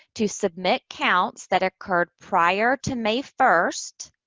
to submit counts that occurred prior to may first,